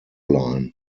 line